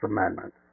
Amendment